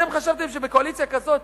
אתם חשבתם שבקואליציה כזאת,